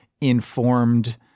informed